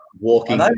Walking